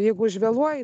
jeigu užvėluoji